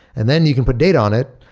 and then you can put data on it.